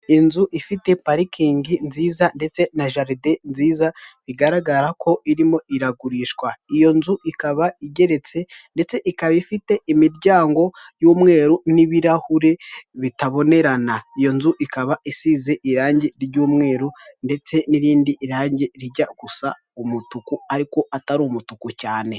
Inzu ifite parikingi nziza ndetse na jaride nziza bigaragara ko irimo iragurishwa iyo nzu ikaba igeretse ndetse ikaba ifite imiryango y'umweru n'ibirahure bitabonerana iyo nzu ikaba isize irangi ry'umweru ndetse n'irindi rangi rijya gusa umutuku ariko atari umutuku cyane.